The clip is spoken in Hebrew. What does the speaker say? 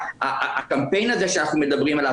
הקמפיין שאנחנו מדברים עליו,